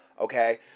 Okay